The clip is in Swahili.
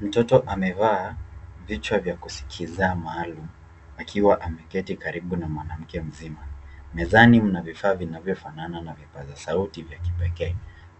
Mtoto amevaa vichwa vya kusikiza maalum akiwa ameketi karibu na mwanamke mzima. Mezani mna vifaa vinavyofanana na vipaza sauti vya kipekee.